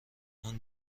اون